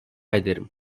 ederim